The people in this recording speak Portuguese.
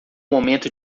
momento